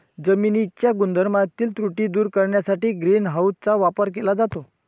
जमिनीच्या गुणधर्मातील त्रुटी दूर करण्यासाठी ग्रीन हाऊसचा वापर केला जातो